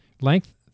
length